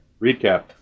Recap